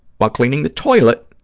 while cleaning the toilet,